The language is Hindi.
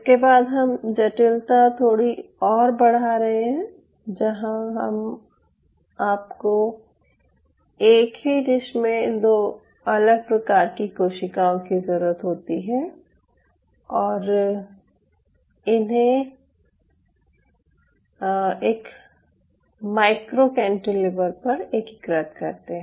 इसके बाद अब हम जटिलता थोड़ी और बढ़ा रहे हैं जहाँ आपको एक ही डिश में दो अलग प्रकार की कोशिकाओं की जरूरत होती है या इन्हें एक माइक्रो कैंटीलीवर पर एकीकृत करते हैं